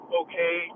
okay